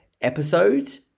episode